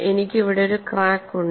എനിക്ക് ഇവിടെ ഒരു ക്രാക്ക് ഉണ്ട്